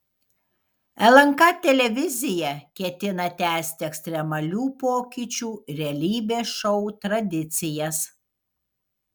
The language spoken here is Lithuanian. lnk televizija ketina tęsti ekstremalių pokyčių realybės šou tradicijas